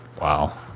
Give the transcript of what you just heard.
wow